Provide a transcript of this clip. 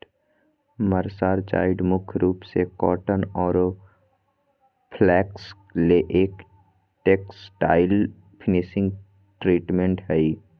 mercerised मुख्य रूप से कॉटन आरो फ्लेक्स ले एक टेक्सटाइल्स फिनिशिंग ट्रीटमेंट हई